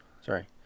sorry